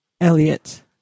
Elliot